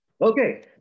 Okay